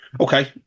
Okay